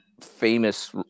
famous